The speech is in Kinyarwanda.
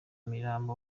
mirambo